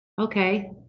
Okay